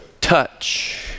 touch